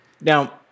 Now